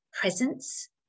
presence